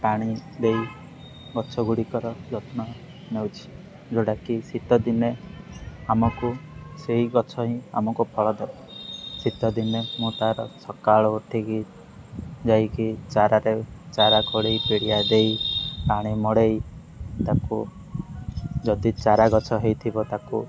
ପାଣି ଦେଇ ଗଛ ଗୁଡ଼ିକର ଯତ୍ନ ନେଉଛି ଯେଉଁଟାକି ଶୀତଦିନେ ଆମକୁ ସେଇ ଗଛ ହିଁ ଆମକୁ ଫଳ ଦେବେ ଶୀତ ଦିନେ ମୁଁ ତାର ସକାଳୁ ଉଠିକି ଯାଇକି ଚାରାରେ ଚାରା ଖୋଳି ପିଡ଼ିଆ ଦେଇ ପାଣି ମଡ଼େଇ ତାକୁ ଯଦି ଚାରା ଗଛ ହେଇଥିବ ତାକୁ